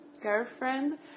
girlfriend